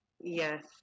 Yes